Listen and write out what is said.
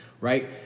right